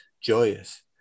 joyous